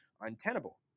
untenable